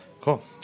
cool